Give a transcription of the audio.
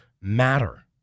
matter